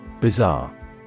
Bizarre